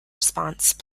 response